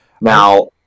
Now